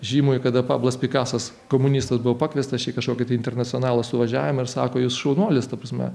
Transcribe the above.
žymųjį kada pablas pikasas komunistas buvo pakviestas į kažkokį internacionalo suvažiavimą ir sako jūs šaunuolis ta prasme